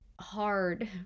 hard